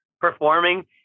performing